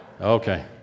Okay